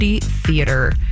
theater